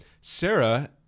Sarah